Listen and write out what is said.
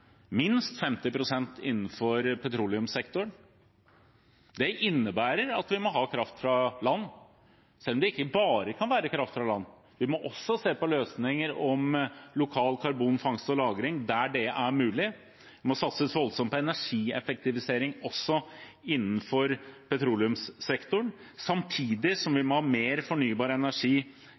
minst 50 pst. innenfor petroleumssektoren. Det innebærer at vi må ha kraft fra land, selv om det ikke bare kan være kraft fra land. Vi må også se på løsninger for lokal karbonfangst og -lagring, der det er mulig. Det må satses voldsomt på energieffektivisering også innenfor petroleumssektoren, samtidig som vi må ha mer fornybar energi